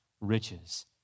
riches